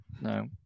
No